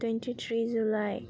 twenty three July